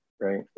right